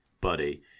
buddy